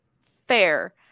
Fair